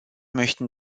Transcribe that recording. möchten